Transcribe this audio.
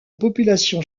population